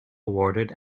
awarded